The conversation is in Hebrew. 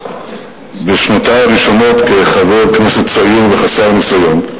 בשנותי הראשונות כחבר כנסת צעיר וחסר ניסיון.